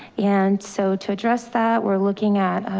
and so to address that we're looking at,